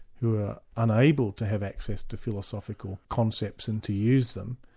who are unable to have access to philosophical concepts and to use them,